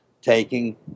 taking